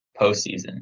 postseason